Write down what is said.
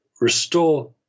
restore